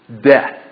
death